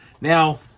now